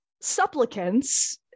supplicants